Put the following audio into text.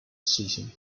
season